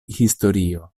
historio